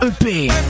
EP